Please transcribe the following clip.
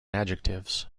adjectives